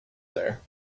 there